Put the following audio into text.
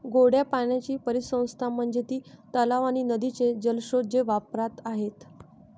गोड्या पाण्याची परिसंस्था म्हणजे ती तलाव आणि नदीचे जलस्रोत जे वापरात आहेत